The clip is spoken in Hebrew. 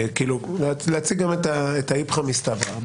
ולהציג גם את האיפכא מסתברא.